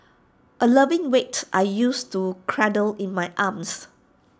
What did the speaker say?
A loving weight I used to cradle in my arms